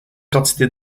quantités